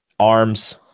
arms